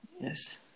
Yes